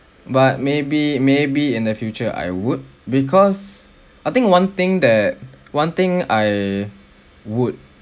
but maybe maybe in the future I would because I think one thing that one thing I would